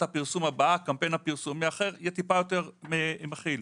הפרסום הבאה קמפיין הפרסום יהיה טיפה יותר מכיל.